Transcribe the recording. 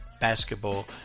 basketball